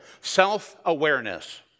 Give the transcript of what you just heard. self-awareness